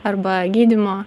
arba gydymo